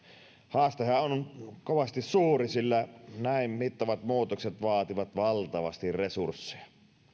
haastehan on kovasti suuri sillä näin mittavat muutokset vaativat valtavasti resursseja